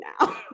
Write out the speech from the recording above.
now